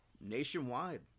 nationwide